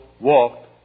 walked